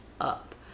up